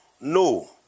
no